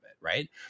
Right